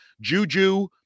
Juju